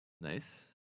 Nice